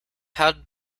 how